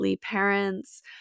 parents